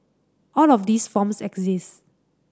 all of these forms exist